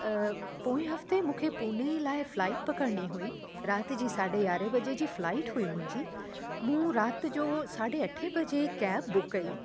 पोएं हफ़्ते मूंखे पूणे लाइ फ़्लाइट पकिड़नी हुई रात जी साढे यारहं बजे जी फ़्लाइट हुई मुंहिंजी मूं राति जो साढे अठे बजे कैब बुक कई